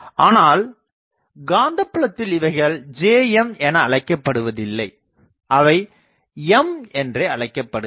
ஆனால் காந்தப்புலத்தில் இவைகள் Jm என அழைக்கப்படுவதில்லை அவை M என்றே அழைக்கப்படுகிறது